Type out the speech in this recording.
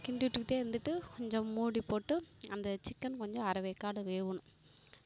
கிண்டிவிட்டுக்கிட்டே இருந்துட்டு கொஞ்சம் மூடி போட்டு அந்த சிக்கென் கொஞ்சம் அரைவேக்காடு வேகணும்